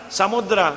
Samudra